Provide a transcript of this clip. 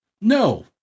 No